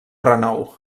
renou